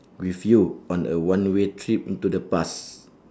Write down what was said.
with you on a one way trip into the past